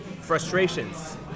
frustrations